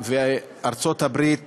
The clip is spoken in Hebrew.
וארצות-הברית